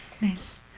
Nice